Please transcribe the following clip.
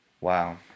Wow